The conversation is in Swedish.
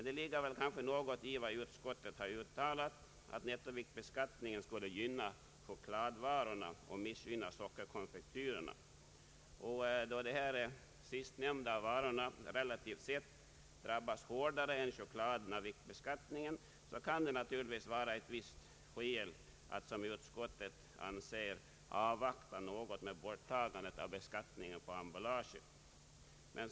Det ligger dock något i utskottets uttalande att viktbeskaitningen skulle gynna chokladvarorna och missgynna sockerkonfektyrerna. Då de sistnämnda relativt sett kommer att drabbas hårdare än chokladen av viktbeskattningen kan det naturligtvis finnas ett visst skäl att, som utskottet anser, avvakta något med borttagandet av skatten på emballaget.